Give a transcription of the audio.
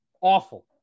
Awful